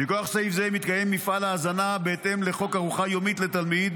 מכוח סעיף זה מתקיים מפעל ההזנה בהתאם לחוק ארוחה יומית לתלמיד,